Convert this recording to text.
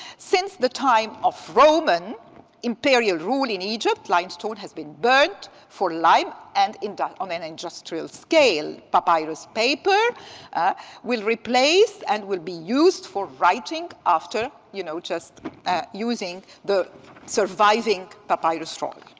since the time of roman imperial rule in egypt, limestone has been burned for lime, and and on an industrial scale, papyrus paper will replace and will be used for writing after, you know, just using the surviving papyrus straw.